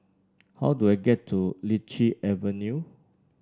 how do I get to Lichi Avenue